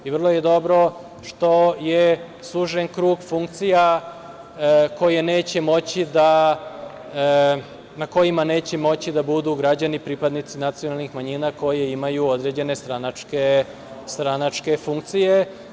I, vrlo je dobro što je sužen krug funkcija na kojima neće moći da budu građani, pripadnici nacionalnih manjina koji imaju određene stranačke funkcije.